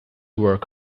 work